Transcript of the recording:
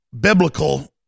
biblical